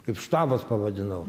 kaip štabas pavadinau